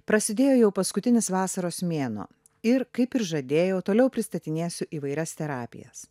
prasidėjo jau paskutinis vasaros mėnuo ir kaip ir žadėjau toliau pristatinėsiu įvairias terapijos